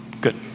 Good